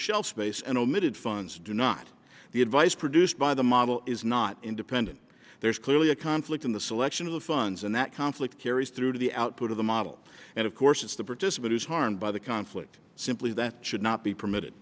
shelf space and omitted funds do not the advice produced by the model is not independent there's clearly a conflict in the selection of the funds and that conflict carries through to the output of the model and of course it's the participant is harmed by the conflict simply that should not be permitted